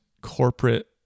corporate